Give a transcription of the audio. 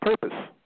purpose